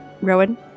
Rowan